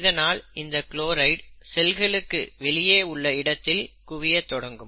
இதனால் இந்த குளோரைட் செல்களுக்கு வெளியே உள்ள இடத்தில் குவியத் தொடங்கும்